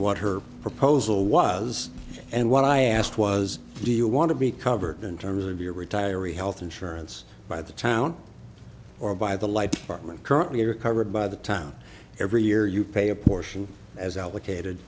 what her proposal was and what i asked was do you want to be covered in terms of your retiree health insurance by the town or by the light partment currently are covered by the time every year you pay a portion as allocated